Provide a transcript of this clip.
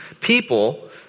people